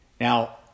Now